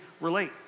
relate